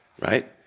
right